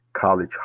College